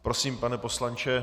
Prosím, pane poslanče.